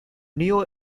neo